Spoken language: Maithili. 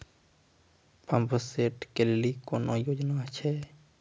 पंप सेट केलेली कोनो योजना छ?